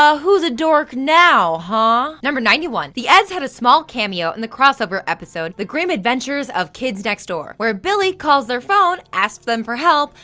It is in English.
ah who's a dork now, huh number ninety one. the eds had a small cameo in the crossover episode, the grim adventures of kids next door, where billy calls their phone, asks them for help,